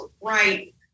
right